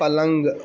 پلنگ